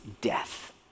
death